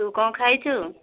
ତୁ କ'ଣ ଖାଇଛୁ